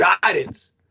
guidance